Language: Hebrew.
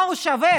מה הוא שווה?